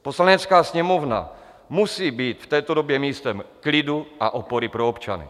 Poslanecká sněmovna musí být v této době místem klidu a opory pro občany.